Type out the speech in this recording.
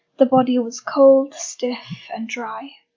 the body was cold, stiff, and dry.